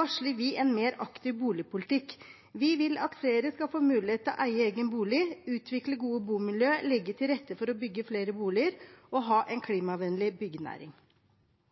varsler vi en mer aktiv boligpolitikk. Vi vil at flere skal få mulighet til å eie egen bolig, utvikle gode bomiljøer, legge til rette for å bygge flere boliger og ha en klimavennlig byggenæring.